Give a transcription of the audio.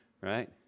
Right